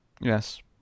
Yes